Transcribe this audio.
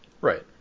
right